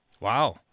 Wow